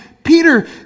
Peter